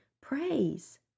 praise